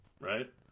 right